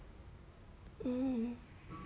hmm